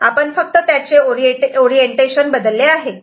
आपण फक्त त्याचे ओरिएंटेशन बदलले आहे